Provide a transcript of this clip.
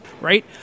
right